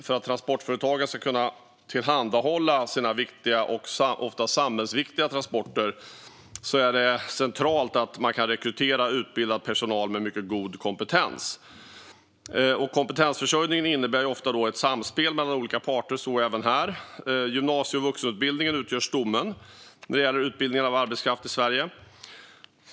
För att transportföretagen ska kunna tillhandahålla sina viktiga, ofta samhällsviktiga, transporter är det centralt att de kan rekrytera utbildad personal med mycket god kompetens. Kompetensförsörjningen innebär ofta ett samspel mellan olika parter, så även här. Gymnasie och vuxenutbildningen utgör stommen när det gäller utbildningen av arbetskraft i Sverige.